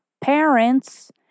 parents